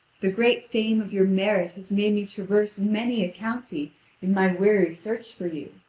the great fame of your merit has made me traverse many a county in my weary search for you.